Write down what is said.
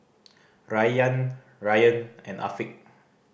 Rayyan Ryan and Afiq